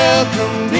Welcome